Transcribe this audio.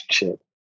relationship